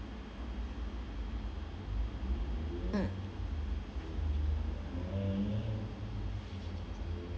mm